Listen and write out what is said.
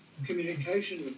communication